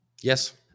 Yes